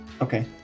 Okay